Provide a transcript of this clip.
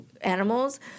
animals